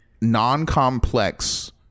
non-complex